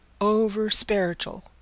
over-spiritual